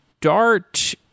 Dart